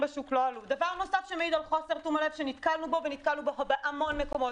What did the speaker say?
דבר נוסף שמעיד על חוסר תום-הלב שנתקלנו בו בהמון מקומות,